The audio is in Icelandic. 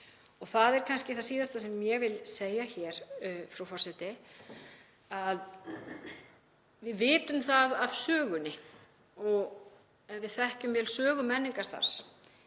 Það er kannski það síðasta sem ég vil segja hér, frú forseti, að við vitum það af sögunni, og ef við þekkjum vel sögu menningarstarfs